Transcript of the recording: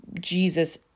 Jesus